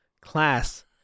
class